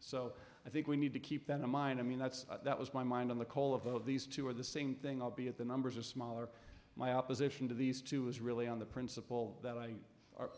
so i think we need to keep that in mind i mean that's that was my mind on the call of oh these two are the same thing albeit the numbers are smaller my opposition to these two is really on the principle that i